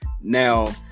Now